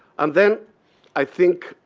and then i think